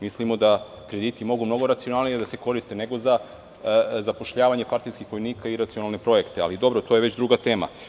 Mislimo da krediti mogu mnogo racionalnije da se koriste, nego za zapošljavanje partijskih vojnika i iracionalne projekte, ali to je već druga tema.